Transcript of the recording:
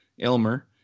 Elmer